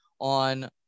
on